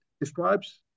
describes